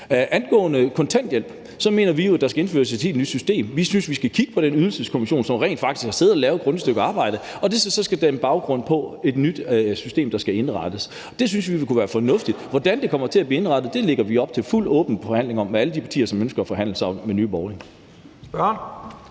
Angående kontanthjælp mener vi jo, at der skal indføres et helt nyt system. Vi synes, at man skal kigge på den Ydelseskommission, som rent faktisk har siddet og lavet et grundigt stykke arbejde, og det skal så danne baggrund for et nyt system, der skal indrettes. Det synes vi kunne være fornuftigt. Hvordan det kommer til at blive indrettet, lægger vi op til en fuldstændig åben forhandling om med alle de partier, som ønsker at forhandle med Nye Borgerlige.